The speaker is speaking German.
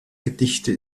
gedichte